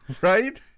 Right